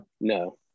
No